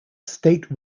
state